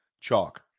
Chalk